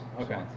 Okay